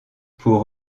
pour